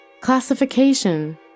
Classification